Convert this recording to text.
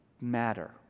matter